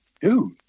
dude